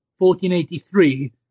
1483